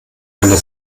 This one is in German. einer